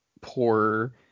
poor